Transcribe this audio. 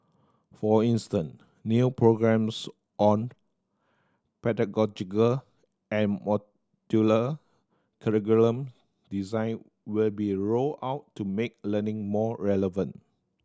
for instance new programmes on pedagogical and modular curriculum design will be rolled out to make learning more relevant